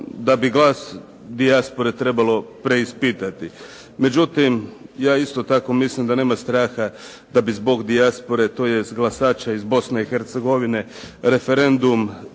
da bi glas dijaspore trebalo preispitati, međutim ja isto tako mislim da nema straha da bi zbog dijaspore, tj. glasača iz Bosne i Hercegovine referendum